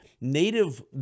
native